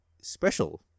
special